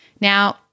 Now